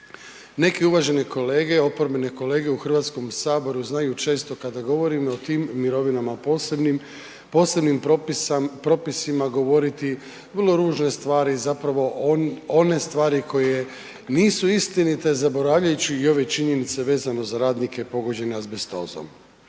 Neki uvaženi kolege, oporbene kolege u HS-u znaju često kada govorimo o tim mirovinama posebnim, posebnim propisima govoriti vrlo ružne stvari, zapravo one stvari koje nisu istinite zaboravljajući i ove činjenice vezano za radnike pogođene azbestozom.